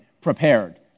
prepared